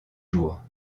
jours